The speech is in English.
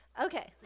Okay